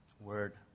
word